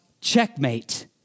Checkmate